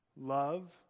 love